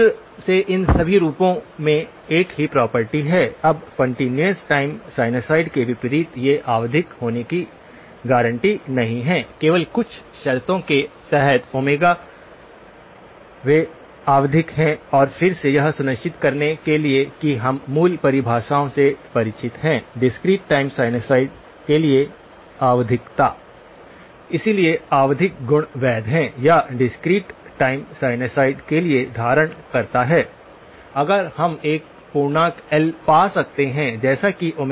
फिर से इन सभी रूपों में एक ही प्रॉपर्टी है अब कंटीन्यूअस टाइम साइनसॉइड के विपरीत ये आवधिक होने की गारंटी नहीं है केवल कुछ शर्तों के तहत वे आवधिक हैं और फिर से यह सुनिश्चित करने के लिए कि हम मूल परिभाषाओं से परिचित हैं डिस्क्रीट टाइम साइनसॉइड के लिए आवधिकता इसलिए आवधिक गुण वैध है या डिस्क्रीट टाइम साइनसॉइड के लिए धारण करता है अगर हम एक पूर्णांक एल पा सकते हैं जैसे कि 0LK2π